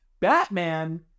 Batman